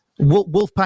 Wolfpack